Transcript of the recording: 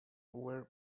were